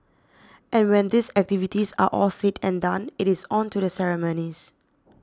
and when these activities are all said and done it is on to the ceremonies